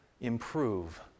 improve